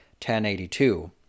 1082